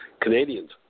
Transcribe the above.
Canadians